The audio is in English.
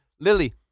Lily